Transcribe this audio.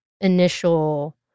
initial